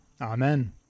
Amen